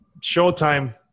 Showtime